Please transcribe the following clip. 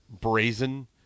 brazen